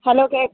hello